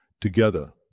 together